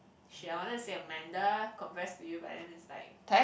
shit I wanna say Amanda confess to you but then is like